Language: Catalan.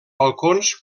balcons